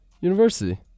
university